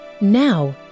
Now